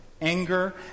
anger